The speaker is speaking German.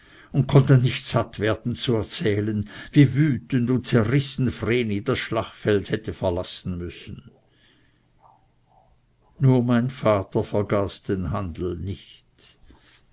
und konnten nicht satt werden zu erzählen wie wütend und zerrissen vreni endlich das schlachtfeld hätte verlassen müssen nur mein vater vergaß den handel nicht